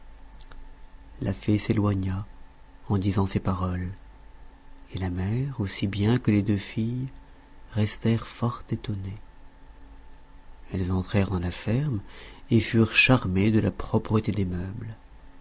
la fée s'éloigna en disant ces paroles et la mère aussi bien que les deux filles restèrent fort étonnées elles entrèrent dans la ferme et furent charmées de la propreté des meubles